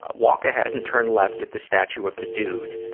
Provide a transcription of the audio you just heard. ah walk ahead and turn left at the statue of the dude.